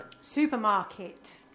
supermarket